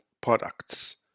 Products